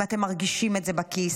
אם אתם מרגישים את זה בכיס,